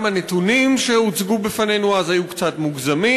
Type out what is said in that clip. גם הנתונים שהוצגו בפנינו אז היו קצת מוגזמים.